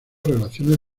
relaciones